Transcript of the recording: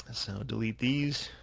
so delete these,